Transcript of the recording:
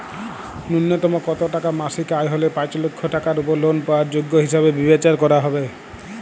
ন্যুনতম কত টাকা মাসিক আয় হলে পাঁচ লক্ষ টাকার উপর লোন পাওয়ার যোগ্য হিসেবে বিচার করা হবে?